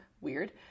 Weird